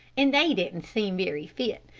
an' they didn't seem very fit,